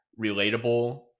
relatable